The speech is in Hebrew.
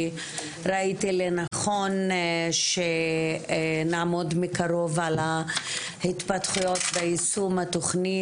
כי ראיתי לנכון שנעמוד מקרוב על ההתפתחויות ביישום התכנית,